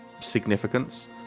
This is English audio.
significance